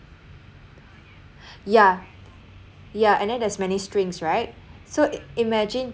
yeah yeah and then there's many strings right so imagine